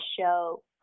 show